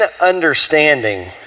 understanding